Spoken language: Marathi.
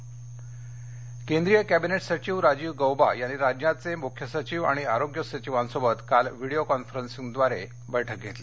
कॅस बैठक केंद्रीय कॅबिनेट सचिव राजीव गौबा यांनी राज्यांचे मुख्य सचिव आणि आरोग्य सचिवांसोबत काल विडीयो कॉन्फरन्सद्वारे बैठक घेतली